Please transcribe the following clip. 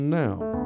now